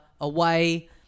away